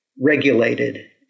regulated